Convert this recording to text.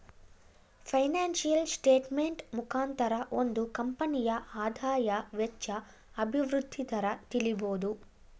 financial statement ಮುಖಾಂತರ ಒಂದು ಕಂಪನಿಯ ಆದಾಯ, ವೆಚ್ಚ, ಅಭಿವೃದ್ಧಿ ದರ ತಿಳಿಬೋದು